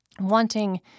wanting